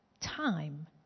time